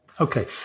Okay